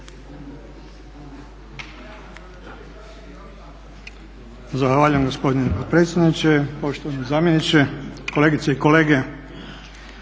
Zahvaljujem gospodine potpredsjedniče. Poštovani zamjeniče, kolegice i kolege.